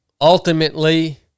ultimately